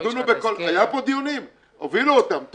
היו פה דיונים שהובילו אותם.